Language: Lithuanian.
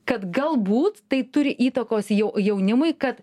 kad galbūt tai turi įtakos jau jaunimui kad